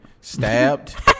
stabbed